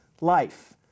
life